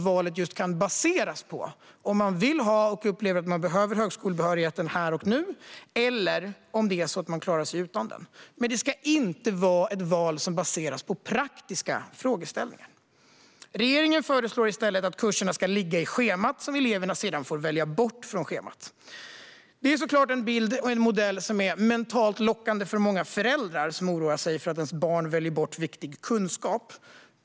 Valet ska baseras på om man vill ha högskolebehörigheten här och nu eller om man klarar sig utan den. Det ska inte vara ett val som baseras på praktiska frågeställningar. Regeringen föreslår i stället att kurserna ska ligga i schemat - eleverna får sedan välja bort dem från schemat. Det är såklart en bild och en modell som är mentalt lockande för många föräldrar som oroar sig för att deras barn väljer bort viktig kunskap.